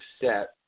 set